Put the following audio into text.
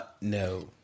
no